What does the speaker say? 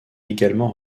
également